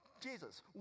Jesus